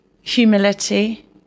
humility